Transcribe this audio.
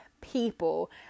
people